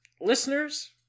listeners